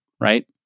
right